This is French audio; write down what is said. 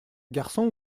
garçon